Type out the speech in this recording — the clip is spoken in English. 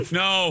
no